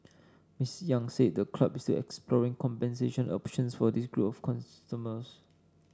Miss Yang said the club is exploring compensation options for this group of customers